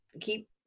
keep